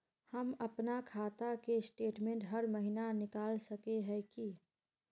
हम अपना खाता के स्टेटमेंट हर महीना निकल सके है की?